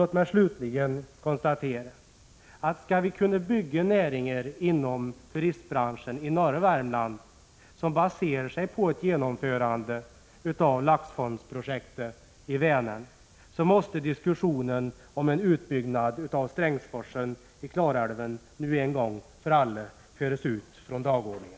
Låt mig slutligen konstatera följande: Skall vi kunna bygga upp näringar inom turistbranschen i norra Värmland, näringar som baserar sig på ett genomförande av laxfondprojektet i Vänern, då måste diskussionen om en utbyggnad av Strängsforsen i Klarälven en gång för alla föras av från dagordningen.